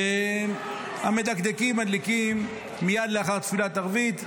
המדקדקים מדליקים מייד לאחר תפילת ערבית,